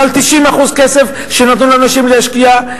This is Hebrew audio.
מעל 90% שנתנו לאנשים להשקיע,